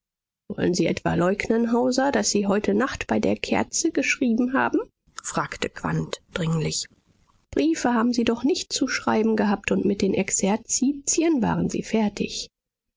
wollen sie etwa leugnen hauser daß sie heute nacht bei der kerze geschrieben haben fragte quandt dringlich briefe haben sie doch nicht zu schreiben gehabt und mit den exerzitien waren sie fertig